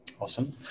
Awesome